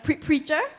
preacher